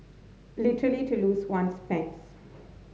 literally to lose one's pants